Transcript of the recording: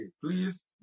please